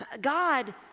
God